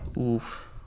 Oof